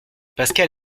pascal